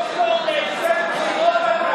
דוקטור להפסד בחירות אתה.